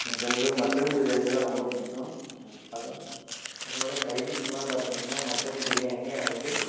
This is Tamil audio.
எனக்கு வந்து மட்டன் பிரியாணி தான் ரொம்ப பிடிக்கும் அதோடு அதோடு சைட் டிஷ்லாம் பார்த்திங்கனா மட்டன் பிரியாணி அண்டு